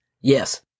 Yes